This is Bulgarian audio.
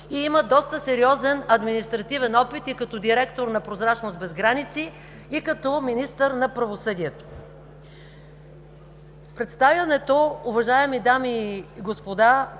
има доста сериозен административен опит и като директор на „Прозрачност без граници”, и като министър на правосъдието. Уважаеми дами и господа,